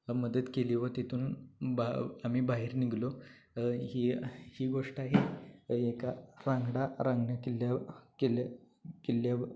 मदत केली व तिथून बा आम्ही बाहेर निघलो ही ही गोष्ट आहे एका रंगडा रांगणा किल्ल्याव किल्ल्या किल्ल्याव